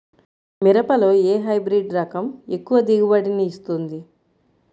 మిరపలో ఏ హైబ్రిడ్ రకం ఎక్కువ దిగుబడిని ఇస్తుంది?